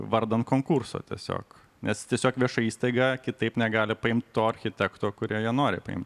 vardan konkurso tiesiog nes tiesiog vieša įstaiga kitaip negali paimti to architekto kurio jie nori paimti